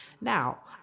Now